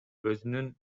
өзүнүн